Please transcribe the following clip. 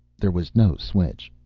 there was no switch.